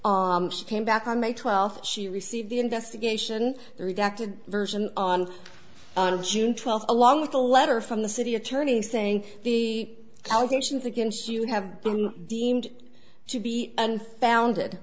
came back on may twelfth she received the investigation the redacted version on june twelfth along with a letter from the city attorney saying the allegations against you have been deemed to be unfounded